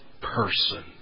person